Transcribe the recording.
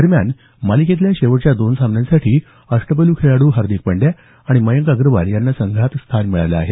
दरम्यान मालिकेतल्या शेवटच्या दोन सामन्यांसाठी अष्टपैलू खेळाडू हार्दिक पांड्या आणि मयंक अग्रवाल यांना संघात स्थान मिळालं आहे